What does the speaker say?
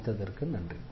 கவனித்ததற்கு நன்றி